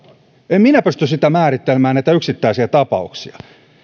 en minä pysty määrittelemään näitä yksittäisiä tapauksia